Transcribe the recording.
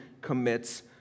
commits